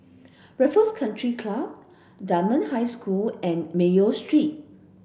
Raffles Country Club Dunman High School and Mayo Street